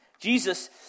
Jesus